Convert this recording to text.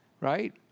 right